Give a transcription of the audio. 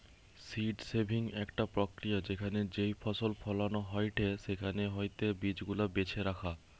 seed saving একটা প্রক্রিয়া যেখানে যেই ফসল ফলন হয়েটে সেখান হইতে বীজ গুলা বেছে রাখা